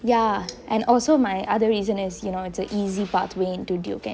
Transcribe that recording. ya and also my other reason is you know it's a easy pathway to duke N_U_S